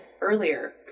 earlier